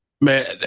Man